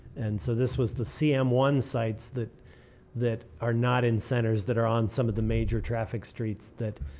and so this was the cm one sites that that are not in centers that are on some of the major traffic streets that,